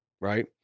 right